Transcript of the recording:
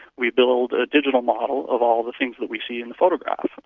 we build a digital model of all the things that we see in the photograph.